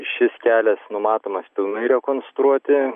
šis kelias numatomas pilnai rekonstruoti